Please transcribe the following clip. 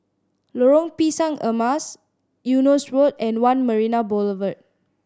Lorong Pisang Emas Eunos Road and One Marina Boulevard